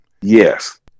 yes